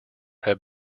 have